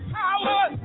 Power